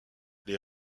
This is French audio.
les